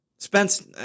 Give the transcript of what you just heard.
Spence